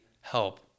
help